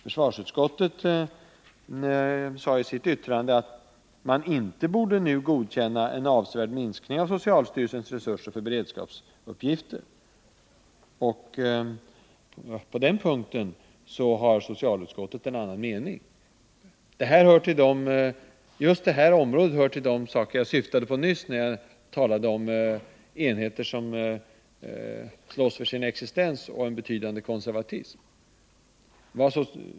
Försvarsutskottet sade i sitt yttrande att man inte borde godkänna en avsevärd minskning av socialstyrelsens resurser för beredskapsuppgifter. På den punkten har socialutskottet en annan mening. Just det här området hör till de saker jag syftade på nyss när jag talade om enheter som slåss för sin existens och visar en betydande konservatism.